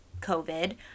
COVID